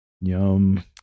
Yum